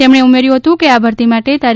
તેમણે ઉમેર્યું હતું કે આ ભરતી માટે તા